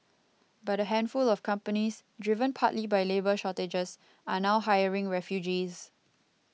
but a handful of companies driven partly by labour shortages are now hiring refugees